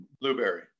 Blueberry